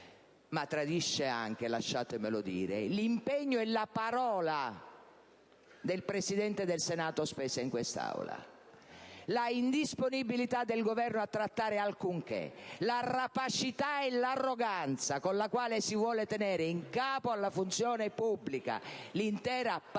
tradisce anche l'impegno e la parola del Presidente del Senato spesi in quest'Aula. L'indisponibilità del Governo a trattare alcunché, la rapacità e l'arroganza con la quale si vuole tenere in capo alla Funzione pubblica l'intera partita